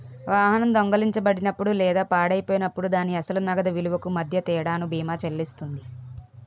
వాహనం దొంగిలించబడినప్పుడు లేదా పాడైపోయినప్పుడు దాని అసలు నగదు విలువకు మధ్య తేడాను బీమా చెల్లిస్తుంది